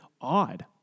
odd